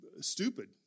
stupid